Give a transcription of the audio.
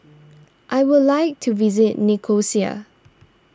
I would like to visit Nicosia